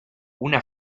una